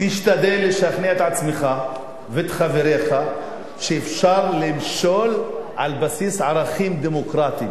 תשתדל לשכנע את עצמך ואת חבריך שאפשר למשול על בסיס ערכים דמוקרטיים